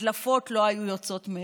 הדלפות לא היו יוצאות מהם,